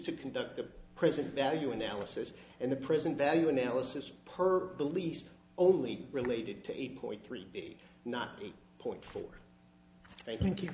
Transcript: to conduct the present value analysis and the present value analysis per the lease only related to eight point three not eight point four thank you